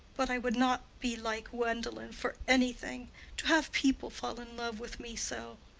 but i would not be like gwendolen for any thing to have people fall in love with me so.